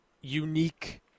unique